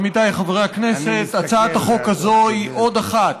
עמיתיי חברי הכנסת, הצעת החוק הזאת היא עוד אחת